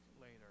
later